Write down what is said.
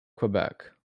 quebec